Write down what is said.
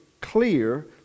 clear